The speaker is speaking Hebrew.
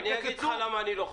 אני אגיד לך למה אני לא חושש.